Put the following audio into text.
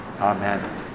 Amen